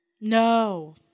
No